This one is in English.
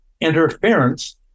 interference